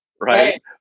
right